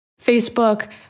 Facebook